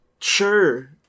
Sure